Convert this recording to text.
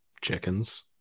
chickens